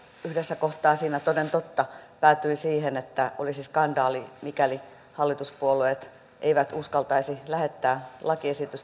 yhdessä kohtaa siinä toden totta päätyi siihen että olisi skandaali mikäli hallituspuolueet eivät uskaltaisi lähettää lakiesitystä